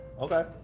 Okay